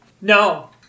No